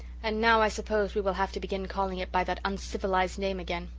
and now i suppose we will have to begin calling it by that uncivilised name again.